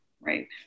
Right